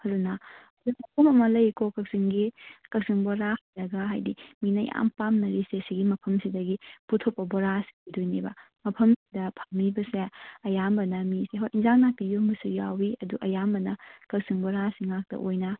ꯑꯗꯨꯅ ꯑꯩꯈꯣꯏ ꯃꯐꯝ ꯂꯩꯌꯦꯀꯣ ꯀꯛꯆꯤꯡꯒꯤ ꯀꯛꯆꯤꯡ ꯕꯣꯔꯥ ꯍꯥꯏꯔꯒ ꯍꯥꯏꯗꯤ ꯃꯤꯅ ꯌꯥꯝ ꯄꯥꯝꯅꯔꯤꯁꯦ ꯁꯤꯒꯤ ꯃꯐꯝꯁꯤꯗꯒꯤ ꯄꯨꯊꯣꯛꯄ ꯕꯣꯔꯥꯁꯦ ꯑꯣꯏꯗꯣꯏꯅꯦꯕ ꯃꯐꯝꯁꯤꯗ ꯐꯝꯃꯤꯕꯁꯦ ꯑꯌꯥꯝꯕꯅ ꯃꯤ ꯍꯣꯏ ꯏꯟꯖꯥꯡ ꯅꯥꯄꯤ ꯌꯣꯟꯕꯁꯨ ꯌꯥꯎꯋꯤ ꯑꯗꯨ ꯑꯌꯥꯝꯕꯅ ꯀꯛꯆꯤꯡ ꯕꯣꯔꯥꯁꯤ ꯉꯥꯛꯇ ꯑꯣꯏꯅ